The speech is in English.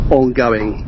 ongoing